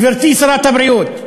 גברתי שרת הבריאות: